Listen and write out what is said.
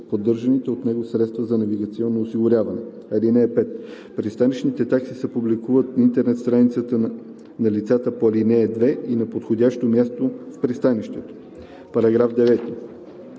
поддържаните от него средства за навигационно осигуряване. (5) Пристанищните такси се публикуват на интернет страницата на лицата по ал. 2 и на подходящо място в пристанището.“